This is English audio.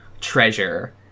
treasure